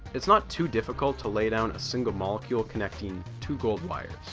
it's not too difficult to lay down a single molecule connecting two gold wires,